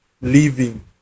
living